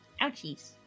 Ouchies